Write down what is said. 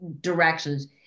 directions